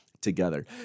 together